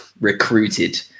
recruited